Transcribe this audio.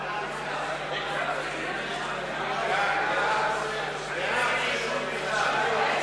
ההצעה להעביר את הצעת חוק למניעת העישון במקומות ציבוריים